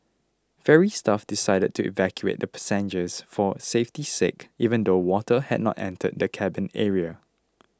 ferry staff decided to evacuate the passengers for safety's sake even though water had not entered the cabin area